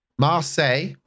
Marseille